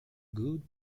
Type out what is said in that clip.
good